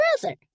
brother